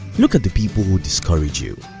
look at the people who discourage you.